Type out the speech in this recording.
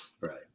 Right